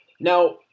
Now